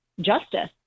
justice